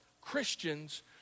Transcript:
Christians